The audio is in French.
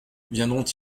viendront